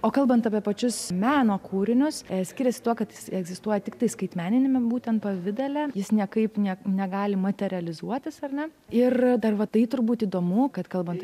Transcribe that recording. o kalbant apie pačius meno kūrinius skiriasi tuo kad jis egzistuoja tiktai skaitmeniniame būtent pavidale jis niekaip ne negali materializuotis ar ne ir dar va tai turbūt įdomu kad kalbant